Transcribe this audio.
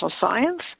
science